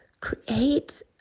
create